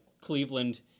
Cleveland